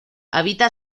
habita